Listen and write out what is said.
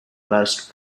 most